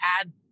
add